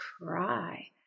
cry